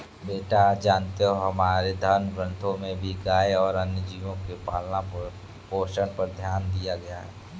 बेटा जानते हो हमारे धर्म ग्रंथों में भी गाय और अन्य जीव के पालन पोषण पर ध्यान दिया गया है